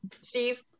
Steve